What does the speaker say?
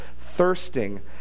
thirsting